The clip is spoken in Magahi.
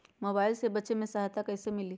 मोबाईल से बेचे में सहायता कईसे मिली?